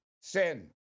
sin